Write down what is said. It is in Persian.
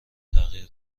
تغییر